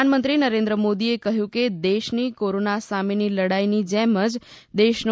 પ્રધાનમંત્રી નરેન્દ્ર મોદીએ કહ્યું કે દેશની કોરોના સામેની લડાઈની જેમ જ દેશનો